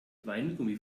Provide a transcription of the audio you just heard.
weingummi